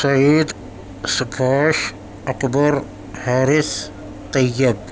Saeed Sukhesh Akbar Haris Tayyip